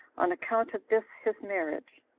on account of this his marriage.